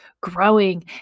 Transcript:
growing